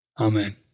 Amen